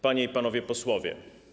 Panie i Panowie Posłowie!